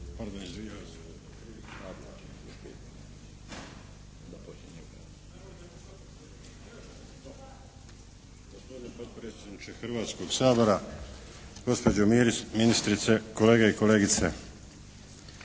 Hrvatskoga sabora, gospođo ministrice, kolege i kolegice.